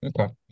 Okay